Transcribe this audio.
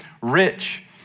rich